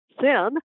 sin